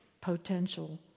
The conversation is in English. potential